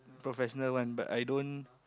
professional one but I don't